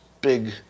big